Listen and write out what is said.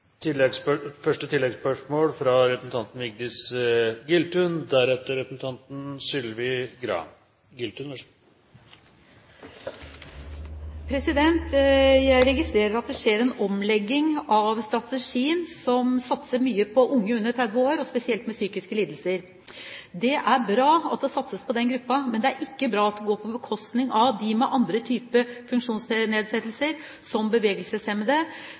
Vigdis Giltun. Jeg registrerer at det skjer en omlegging av strategien som satser mye på unge under 30 år, og spesielt de med psykiske lidelser. Det er bra at det satses på den gruppen, men det er ikke bra at det går på bekostning av dem med andre typer funksjonsnedsettelser som bevegelseshemmede,